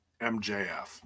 MJF